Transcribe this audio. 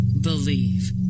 Believe